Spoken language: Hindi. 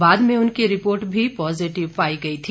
बाद में उनकी रिपोर्ट भी पॉजिटिव पाई गई थी